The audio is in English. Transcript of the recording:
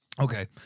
Okay